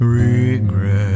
regret